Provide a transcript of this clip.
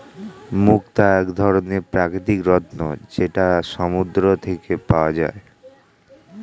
মুক্তা এক ধরনের প্রাকৃতিক রত্ন যেটা সমুদ্র থেকে পাওয়া যায়